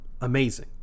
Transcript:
amazing